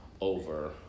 over